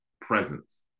presence